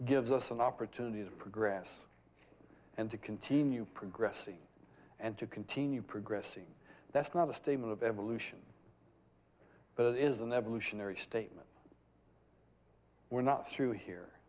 gives us an opportunity is progress and to continue progressing and to continue progressing that's not a statement of evolution but it is an evolutionary statement we're not through here